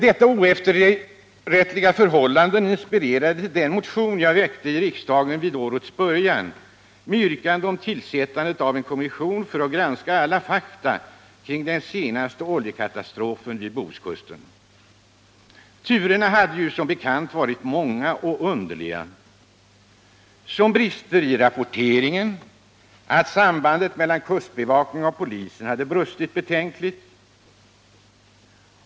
Detta oefterrättliga förhållande inspirerade till den motion jag väckte i riksdagen vid årets början, med yrkande om tillsättande av en kommission som skulle granska alla fakta kring den senaste oljekatastrofen vid Bohuskusten. Turerna hade som bekant varit många och underliga: Det var brister i rapporteringen. Sambandet mellan kustbevakningen och polisen hade brustit betänkligt.